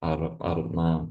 ar ar na